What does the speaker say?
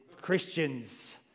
Christians